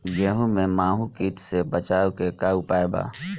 गेहूँ में माहुं किट से बचाव के का उपाय बा?